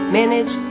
manage